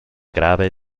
grave